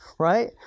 right